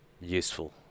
useful